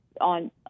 On